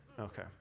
Okay